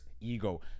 ego